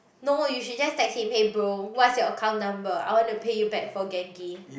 no you should just text him hey bro what is your account number I want to pay you back for Genki